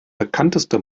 bekannteste